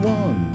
one